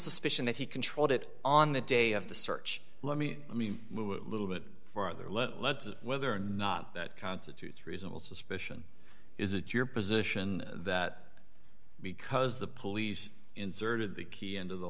suspicion that he controlled it on the day of the search let me let me move a little bit farther let lead to whether or not that constitutes reasonable suspicion is it your position that because the police inserted the key into the